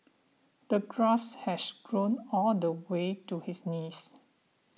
the grass has grown all the way to his knees